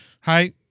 hi